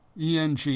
ENG